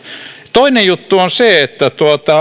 toinen juttu on se että